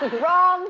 wrong